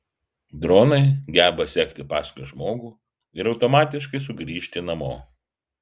dronai geba sekti paskui žmogų ir automatiškai sugrįžti namo